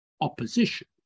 opposition